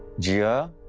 jia.